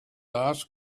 ask